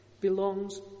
belongs